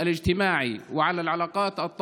המועמדים והפעילים לשמור על המרקם